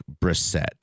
brissette